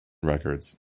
records